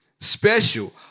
special